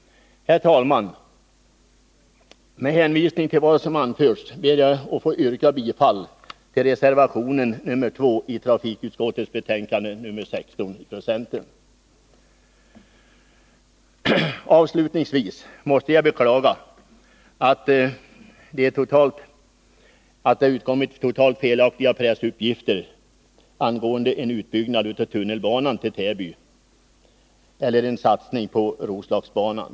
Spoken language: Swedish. Herr talman! Med hänvisning till vad som anförts ber jag att få yrka bifall till reservation nr 2 vid trafikutskottets betänkande nr 16. Avslutningsvis måste jag beklaga att det förekommit totalt felaktiga pressuppgifter angående en utbyggnad av tunnelbanan till Täby eller en satsning på Roslagsbanan.